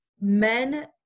men